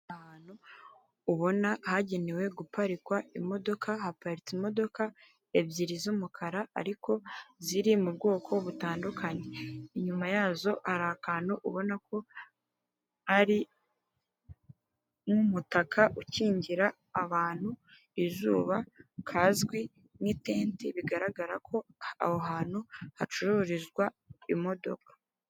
Ahantu ubona hagenewe guparikwa imodoka, haparitse imodoka ebyiri z'umukara ariko ziri mu bwoko butandukanye, inyuma yazo hari akantu ubona ko ari nk'umutaka ukingira abantu izuba kazwi nk'itenti, bigaragara ko aho hantu hacururizwa imodoka.